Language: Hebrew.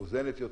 מאוזנת יותר.